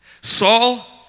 Saul